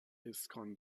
اسکان